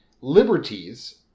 liberties